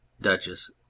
Duchess